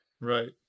Right